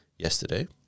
yesterday